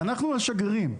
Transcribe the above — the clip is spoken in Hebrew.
אנחנו השגרירים.